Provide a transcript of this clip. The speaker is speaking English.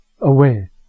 away